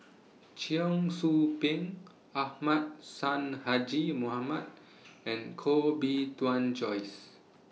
Cheong Soo Pieng Ahmad Sonhadji Mohamad and Koh Bee Tuan Joyce